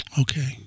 Okay